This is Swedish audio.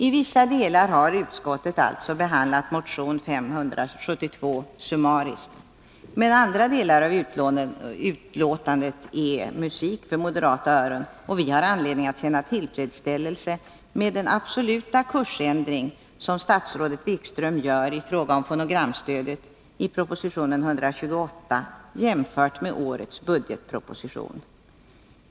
I vissa delar har utskottet alltså behandlat motion 572 summariskt, men andra delar av betänkandet är musik för moderata öron, och vi har anledning att känna tillfredsställelse med den absoluta kursändring som statsrådet Wikström gör i fråga om fonogramstödet i proposition 128 jämfört med årets budgetproposition.